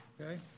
Okay